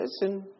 listen